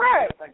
Right